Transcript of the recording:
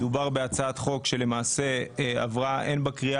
מדובר בהצעת חוק שעברה הן בקריאה